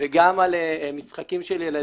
גם על רשתות חברתיות וגם על משחקים של ילדים,